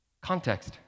Context